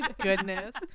goodness